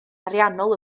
ariannol